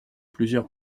plusieurs